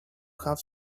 have